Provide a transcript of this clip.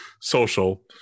social